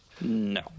no